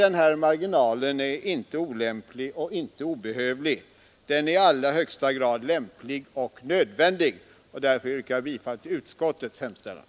Denna marginal är inte olämplig och inte obehövlig. Den är i allra högsta grad lämplig och nödvändig, och därför yrkar jag bifall till utskottets hemställan.